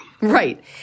Right